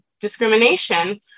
discrimination